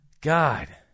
God